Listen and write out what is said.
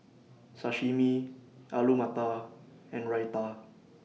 Sashimi Alu Matar and Raita